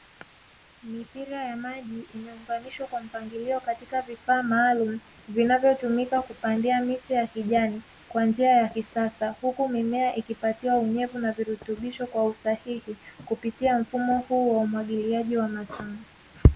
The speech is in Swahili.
Mipira ya maji inaunganishwa kwa mpangilio katika vifaa maalumu vinavyotumika kupandia miti ya kijani kwa njia ya kisasa, huku mimea ikipatiwa unyevu na virutubisho kwa usahihi kupitia mfumo huo wa umwagiliaji wa matone.